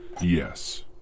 Yes